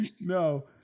no